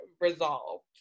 resolved